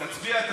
תצביע.